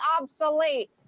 obsolete